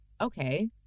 Okay